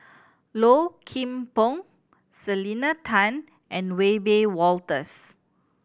Low Kim Pong Selena Tan and Wiebe Wolters